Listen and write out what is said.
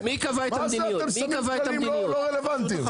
מה זה אתם שמים דברים לא רלוונטיים,